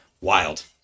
wild